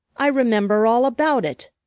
i remember all about it.